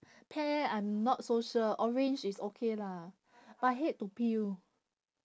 pear I'm not so sure orange is okay lah but hate to peel